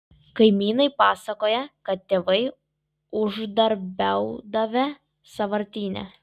kaimynai pasakoja kad tėvai uždarbiaudavę sąvartyne